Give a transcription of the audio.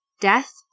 death